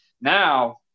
now